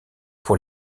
pour